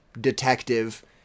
detective